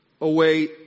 away